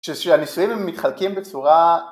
שהניסויים מתחלקים בצורה